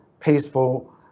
peaceful